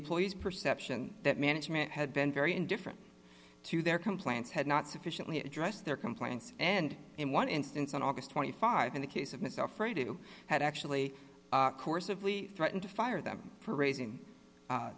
employee's perception that management had been very indifferent to their complaints had not sufficiently addressed their complaints and in one instance on august twenty five in the case of mr frey do have actually a course of lee threaten to fire them for raising